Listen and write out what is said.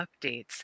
updates